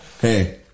Hey